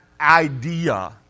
idea